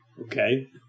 Okay